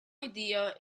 idea